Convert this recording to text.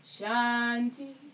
Shanti